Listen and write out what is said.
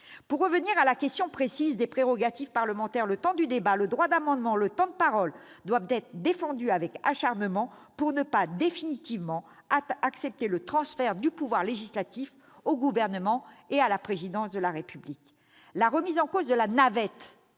Pour en revenir à la question précise des prérogatives parlementaires, le temps du débat, le droit d'amendement, le temps de parole doivent d'être défendus avec acharnement pour ne pas définitivement accepter le transfert du pouvoir législatif au Gouvernement et à la présidence de la République. La remise en cause de la navette